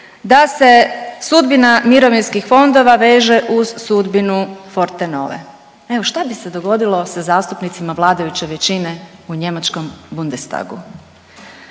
da se sudbina mirovinskih fondova veže uz sudbinu Forte nove. Evo šta bi se dogodilo sa zastupnicima vladajuće većine u njemačkom Bundestagu?